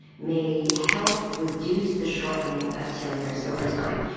may help reduce the shortening of telomeres over time.